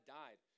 died